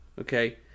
Okay